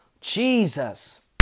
Jesus